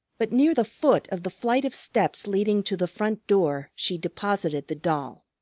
but near the foot of the flight of steps leading to the front door she deposited the doll.